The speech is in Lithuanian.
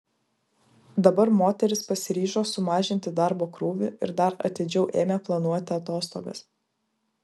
dabar moteris pasiryžo sumažinti darbo krūvį ir dar atidžiau ėmė planuoti atostogas